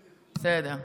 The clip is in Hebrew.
בסדר.